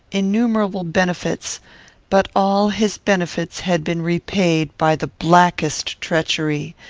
innumerable benefits but all his benefits had been repaid by the blackest treachery.